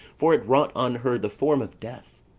for it wrought on her the form of death.